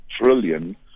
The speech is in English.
trillion